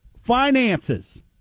finances